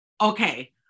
Okay